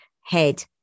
Head